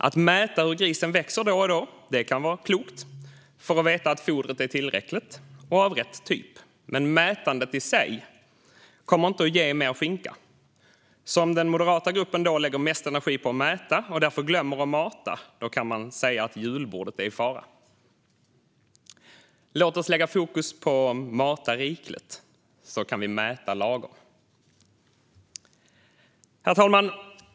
Att då och då mäta hur grisen växer kan vara klokt, så att man vet att fodret är tillräckligt och av rätt typ. Men mätandet i sig kommer inte att ge mer skinka. Om den moderata gruppen lägger mest energi på att mäta och därför glömmer att mata kan man alltså säga att julbordet är i fara. Låt oss lägga fokus på att mata rikligt, så kan vi mäta lagom. Herr talman!